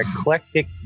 eclectic